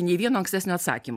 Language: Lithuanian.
nei vieno ankstesnio atsakym